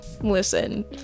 listen